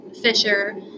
fisher